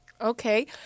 Okay